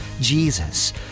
Jesus